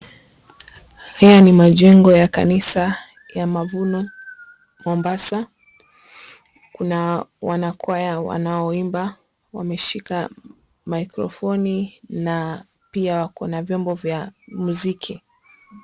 Haya ni majengo ya kanisa ya Mavuno, Mombasa. Kuna wanakwaya wanaoimba, wameshika mikrofoni na pia kuna vyombo vya muziki.